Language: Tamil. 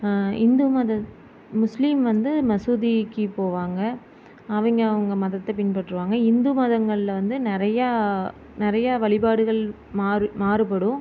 இந்து மத முமுஸ்லீம் வந்து மசூதிக்கு போவாங்கள் அவங்க அவங்க மதத்தை பின்பற்றுவாங்கள் இந்து மதங்கள்ல வந்து நிறையா நிறையா வழிபாடுகள் மாறு மாறுபடும்